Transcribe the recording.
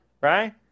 Right